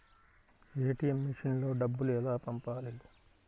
ATM మెషిన్లో డబ్బులు ఎలా పంపాలి?